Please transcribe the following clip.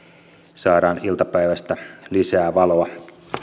saadaan iltapäivästä lisää valoa